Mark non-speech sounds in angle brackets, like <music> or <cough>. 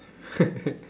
<laughs>